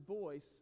voice